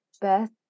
best